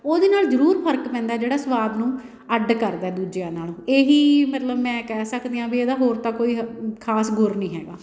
ਉਹਦੇ ਨਾਲ ਜ਼ਰੂਰ ਫਰਕ ਪੈਂਦਾ ਜਿਹੜਾ ਸਵਾਦ ਨੂੰ ਅੱਡ ਕਰਦਾ ਦੂਜਿਆਂ ਨਾਲੋਂ ਇਹੀ ਮਤਲਬ ਮੈਂ ਕਹਿ ਸਕਦੀ ਹਾਂ ਵੀ ਇਹਦਾ ਹੋਰ ਤਾਂ ਕੋਈ ਖਾਸ ਗੁਰ ਨਹੀਂ ਹੈਗਾ